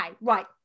right